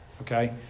Okay